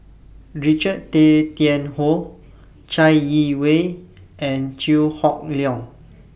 Richard Tay Tian Hoe Chai Yee Wei and Chew Hock Leong